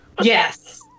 Yes